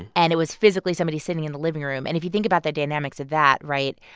and it was physically somebody sitting in the living room. and if you think about the dynamics of that right?